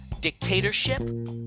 dictatorship